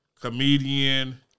comedian